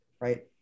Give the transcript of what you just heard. right